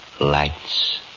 Lights